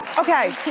okay,